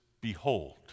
Behold